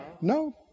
No